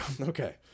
Okay